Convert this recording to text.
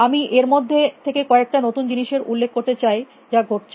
আমি এর মধ্যে থেকে কয়েকটি নতুন জিনিসের উল্লেখ করতে চাই যা ঘটছে